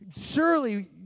surely